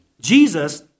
Jesus